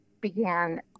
began